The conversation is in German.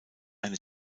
eine